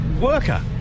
worker